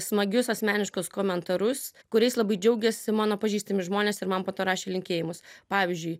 smagius asmeniškus komentarus kuriais labai džiaugėsi mano pažįstami žmonės ir man po to rašė linkėjimus pavyzdžiui